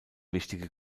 wichtige